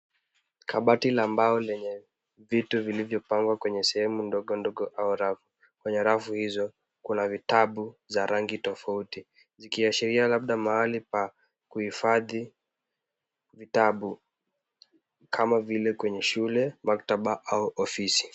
Kabati la mbao lenye vitu vilivyopangwa kwenye sehemu ndogondogo au rafu. Kwenye rafu hizo, kuna vitabu za rangi tofauti zikiashiria labda mahali pa kuhifadhi vitabu, kama vile kwenye shule, maktaba au ofisi.